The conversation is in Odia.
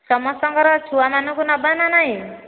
ସମସ୍ତଙ୍କର ଛୁଆ ମାନଙ୍କୁ ନେବା ନା ନାଇଁ